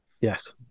Yes